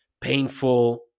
painful